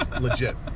legit